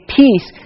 peace